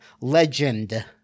Legend